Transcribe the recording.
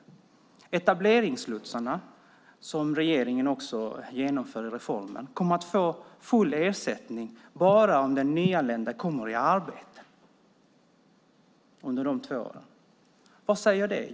Ta etableringslotsarna, en reform som regeringen genomfört. Dessa kommer att få full ersättning bara om den nyanlända får arbete under de två åren. Vad säger det?